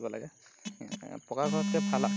লাগে পকা ঘৰতকৈ ভাল আৰু